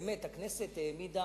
באמת, הכנסת העמידה